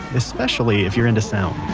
especially if you're into sound